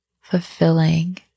fulfilling